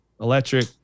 electric